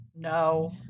No